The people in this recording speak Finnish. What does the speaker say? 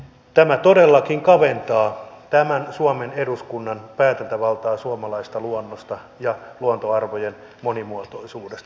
tämä todellakin kaventaa suomen eduskunnan päätäntävaltaa suomalaisesta luonnosta ja luontoarvojen monimuotoisuudesta